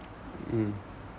mm